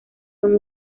son